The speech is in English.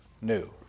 new